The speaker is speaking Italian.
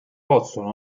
possono